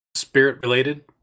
Spirit-related